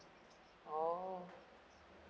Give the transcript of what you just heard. oh